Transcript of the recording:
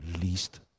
least